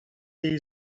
jej